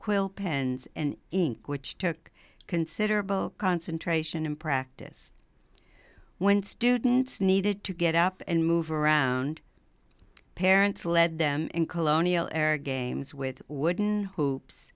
quill pens and ink which took considerable concentration in practice when students needed to get up and move around parents led them in colonial era games with wooden hoops